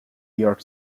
york